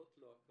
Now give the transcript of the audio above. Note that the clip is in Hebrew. זו לא הכוונה,